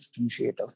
differentiator